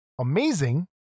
amazing